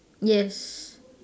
yes